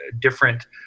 different